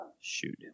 shoot